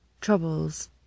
troubles